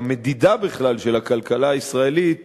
שהמדידה בכלל של הכלכלה הישראלית